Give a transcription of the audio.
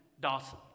Dawson